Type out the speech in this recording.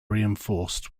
reinforced